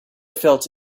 felt